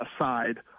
aside